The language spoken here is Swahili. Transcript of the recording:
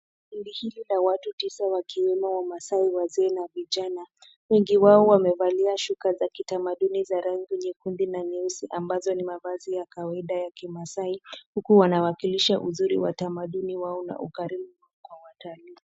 Kundi hili la watu tisa wakiwemo wamaasai, wazee na vijana. Wengi wao wamevalia shuka za kitamaduni za rangi nyekundu na nyeusi, ambazo ni mavazi ya kawaida ya kimaasai, huku wanawakilisha uzuri wa tamaduni wao na ukaribu kwa watalii.